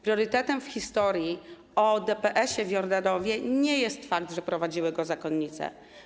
Priorytetem w historii o DPS-ie w Jordanowie nie jest fakt, że prowadziły go zakonnice.